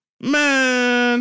Man